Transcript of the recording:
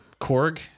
Korg